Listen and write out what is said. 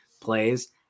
plays